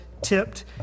tipped